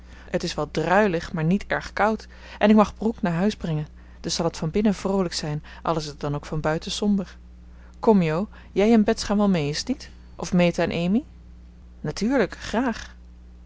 het is wel druilig maar niet erg koud en ik mag brooke naar huis brengen dus zal het van binnen vroolijk zijn al is het dan ook van buiten somber kom jo jij en bets gaan wel mee is t niet of meta en amy natuurlijk graag